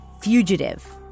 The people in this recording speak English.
fugitive